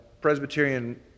Presbyterian